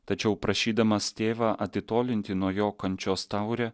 tačiau prašydamas tėvą atitolinti nuo jo kančios taurę